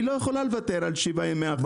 היא לא יכולה לוותר על שבעה ימי הכנסה.